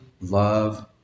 love